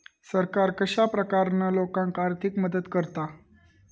सरकार कश्या प्रकारान लोकांक आर्थिक मदत करता?